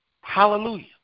Hallelujah